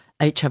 HIV